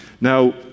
now